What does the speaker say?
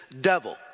devil